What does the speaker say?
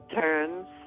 Turns